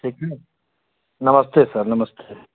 ठीक है नमस्ते सर नमस्ते